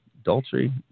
Adultery